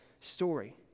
story